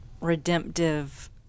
redemptive